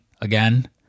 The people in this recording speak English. again